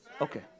Okay